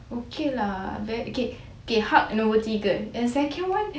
okay lah K K hulk nombor tiga then second [one]